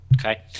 Okay